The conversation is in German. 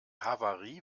havarie